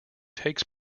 takes